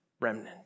remnant